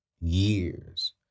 years